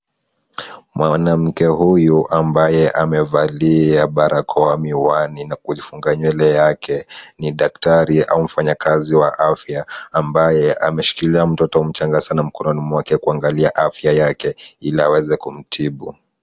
Mwanamke huyu ambaye amevalia barakoa, miwani na kujifunga nywele yake ni daktari au mfanyikazi wa afya ambaye ameshikilia mtoto mchanga sana mkononi mwake kuangalia afya yake ili aweze kumtibu.